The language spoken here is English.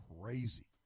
crazy